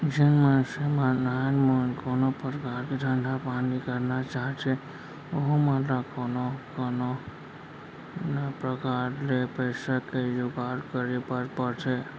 जेन मनसे मन नानमुन कोनो परकार के धंधा पानी करना चाहथें ओहू मन ल कोनो न कोनो प्रकार ले पइसा के जुगाड़ करे बर परथे